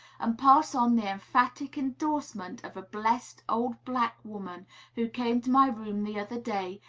and pass on the emphatic indorsement of a blessed old black woman who came to my room the other day,